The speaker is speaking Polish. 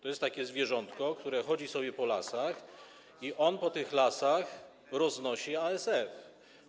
To jest takie zwierzątko, które chodzi sobie po lasach i po tych lasach roznosi ASF.